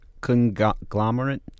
conglomerate